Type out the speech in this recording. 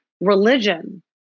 religion